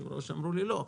אמרו לי: לא,